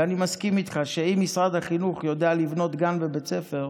ואני מסכים איתך שאם משרד החינוך יודע לבנות גן ובית ספר,